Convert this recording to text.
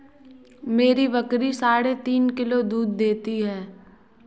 मेरी बकरी साढ़े तीन किलो दूध देती है